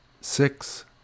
six